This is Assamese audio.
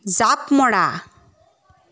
জাঁপ মৰা